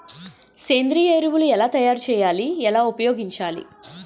సేంద్రీయ ఎరువులు ఎలా తయారు చేయాలి? ఎలా ఉపయోగించాలీ?